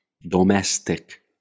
domestic